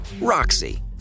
Roxy